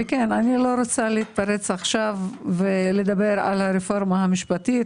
אני לא רוצה להתפרץ עכשיו ולדבר על הרפורמה המשפטית,